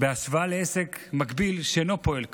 בהשוואה לעסק מקביל שאינו פועל כך.